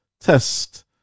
test